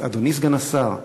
אדוני סגן השר,